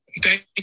Thank